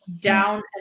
down